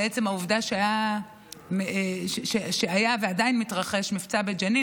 לעצם העובדה שהיה ועדיין מתרחש מבצע בג'נין,